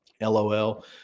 LOL